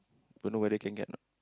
don't know whether can get or not